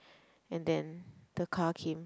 and then the car came